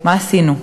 מה עשינו?